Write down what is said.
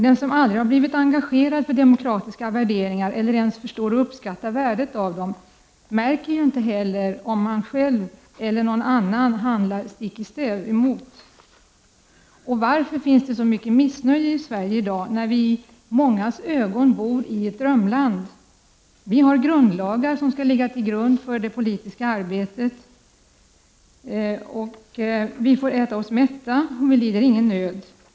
Den som aldrig har blivit engagerad för demokratiska värderingar, eller ens förstår att uppskatta värdet av dem, märker inte heller om man själv eller någon annan handlar stick i stäv mot dessa värderingar. Varför finns det så mycket missnöje i Sverige i dag, när vi i mångas ögon bor i ett drömland? Vi har grundlagar som skall ligga till grund för det politiska arbetet, vi får äta oss mätta och vi lider ingen nöd.